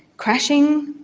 crashing.